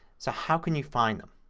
so how can you find them?